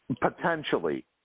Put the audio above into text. Potentially